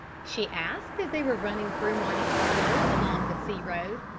she asked as they were running through monte carlo, along the sea road.